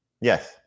Yes